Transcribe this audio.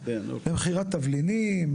למכירת תבלינים,